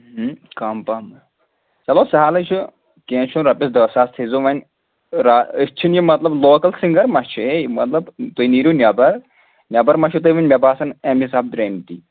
کَم پَہَم چَلو سَہلٕے چھُ کینٛہہ چھُنہٕ رۄپیَس دہ ساس تھٲے زیو وۄںۍ را أسۍ چھِنہٕ یہِ مطلب لوکَل سِنٛگَر ما چھِ ہے مطلب تُہۍ نیٖرِو نٮ۪بَر بٮ۪بَر ما چھُو وٕنۍ مےٚ باسان اَمہِ حِساب درٛٲمتی